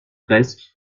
presque